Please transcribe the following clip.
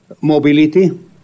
Mobility